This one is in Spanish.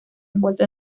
envuelto